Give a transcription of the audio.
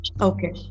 Okay